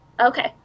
Okay